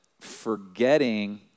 forgetting